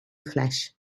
flesh